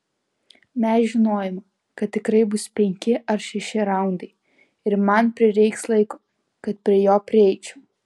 mes žinojome kad tikrai bus penki ar šeši raundai ir man prireiks laiko kad prie jo prieičiau